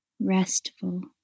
restful